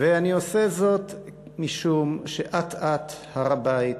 ואני עושה זאת משום שאט-אט הר-הבית